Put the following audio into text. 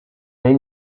they